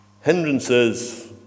hindrances